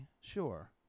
Sure